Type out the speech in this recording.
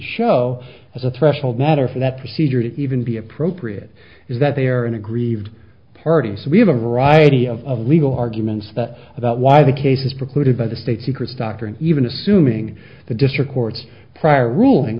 show as a threshold matter for that procedure to even be appropriate is that they are an aggrieved party so we have a variety of legal arguments about why the case is precluded by the state secrets doctrine even assuming the district court's prior ruling